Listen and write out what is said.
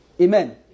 Amen